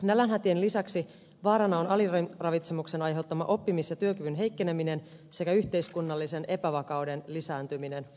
nälänhätien lisäksi vaarana on aliravitsemuksen aiheuttama oppimis ja työkyvyn heikkeneminen sekä yhteiskunnallisen epävakauden lisääntyminen